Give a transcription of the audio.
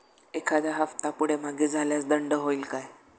एखादा हफ्ता पुढे मागे झाल्यास दंड होईल काय?